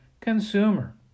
consumer